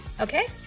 okay